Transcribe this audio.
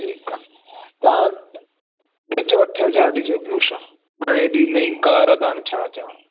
ठीकु आहे तव्हां ॾिजो अठ हज़ार ॾिजो ॿियो छा हाणे हेॾी नईं कार आहे त हाणे छा चवांव